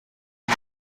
موش